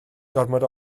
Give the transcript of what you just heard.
gormod